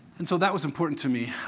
and so that was important to me.